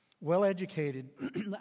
Well-educated